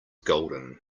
golden